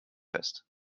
fest